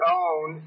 own